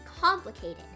complicated